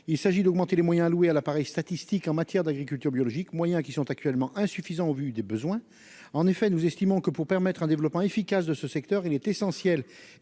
il s'agit d'augmenter les moyens alloués à l'appareil statistique en matière d'agriculture biologique moyen qui sont actuellement insuffisants au vu des besoins, en effet, nous estimons que pour permettre un développement efficace de ce secteur, il est essentiel